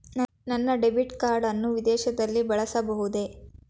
ನನ್ನ debit card ಅನ್ನು ವಿದೇಶದಲ್ಲಿ ಬಳಸಬಹುದೇ?